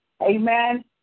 Amen